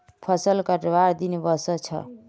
फसल कटवार दिन व स छ